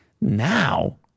Now